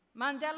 Mandela